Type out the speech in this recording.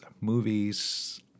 movies